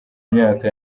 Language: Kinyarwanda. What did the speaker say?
myaka